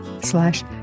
slash